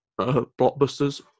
blockbusters